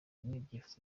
n’ibyifuzo